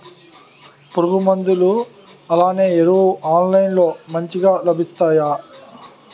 పురుగు మందులు అలానే ఎరువులు ఆన్లైన్ లో మంచిగా లభిస్తాయ?